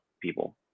people